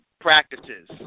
practices